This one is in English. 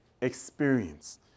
experience